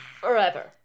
forever